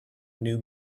new